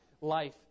life